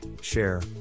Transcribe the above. share